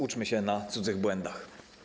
Uczmy się na cudzych błędach.